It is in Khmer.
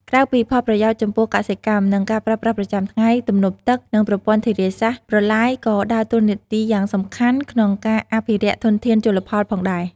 ក្រៅពីផលប្រយោជន៍ចំពោះកសិកម្ម និងការប្រើប្រាស់ប្រចាំថ្ងៃ ទំនប់ទឹក និងប្រព័ន្ធធារាសាស្ត្រ-ប្រឡាយក៏ដើរតួនាទីយ៉ាងសំខាន់ក្នុងការអភិរក្សធនធានជលផលផងដែរ។